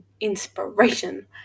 inspiration